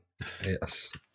Yes